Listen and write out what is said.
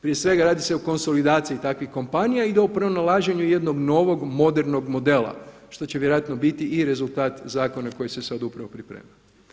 Prije svega radi se o konsolidaciji takvih kompanija da u pronalaženju jednog novog modernog modela što će vjerojatno biti i rezultat zakona koji se sada upravo priprema.